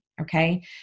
Okay